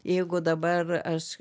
jeigu dabar aš